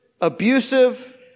abusive